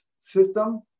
system